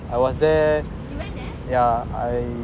I was there yeah I